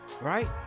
right